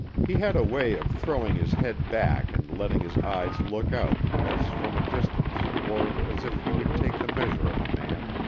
he had a way of throwing his head back and letting his eyes look out, as from a distance, or as if he would take the measure of a man.